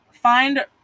find